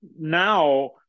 now